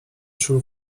شروع